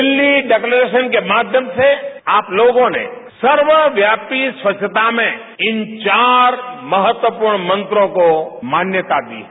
Delhi declaration के माध्यम से आप लोगों ने सर्वव्यापी स्वच्छता में इन चार महत्वपूर्ण मंत्रों को मान्यता दी है